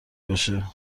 باشه